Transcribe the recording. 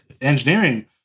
engineering